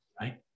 right